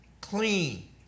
clean